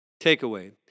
Takeaway